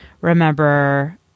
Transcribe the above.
remember